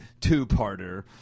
two-parter